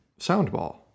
soundball